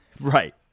Right